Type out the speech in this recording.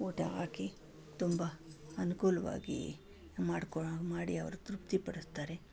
ಊಟ ಹಾಕಿ ತುಂಬ ಅನುಕೂಲವಾಗಿ ಮಾಡ್ಕೊ ಮಾಡಿ ಅವರು ತೃಪ್ತಿ ಪಡಿಸ್ತಾರೆ